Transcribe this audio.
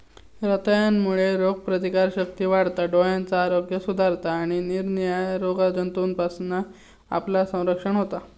रताळ्यांमुळे रोगप्रतिकारशक्ती वाढता, डोळ्यांचा आरोग्य सुधारता आणि निरनिराळ्या रोगजंतूंपासना आपला संरक्षण होता